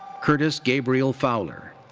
curtis gabriel fowler.